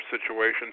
situation